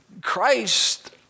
Christ